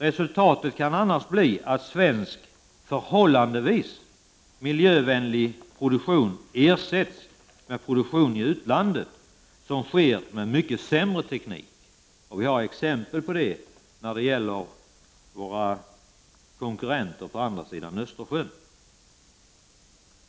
Resultatet kan nämligen bli att svensk förhållandevis miljövänlig produktion ersätts med produktion i utlandet med mycket sämre teknik. Vi har exempel på det i våra konkurrenter på andra sidan Östersjön.